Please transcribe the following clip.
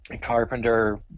Carpenter